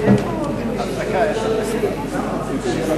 בשעה 16:06.)